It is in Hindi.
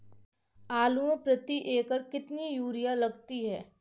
आलू में प्रति एकण कितनी यूरिया लगती है?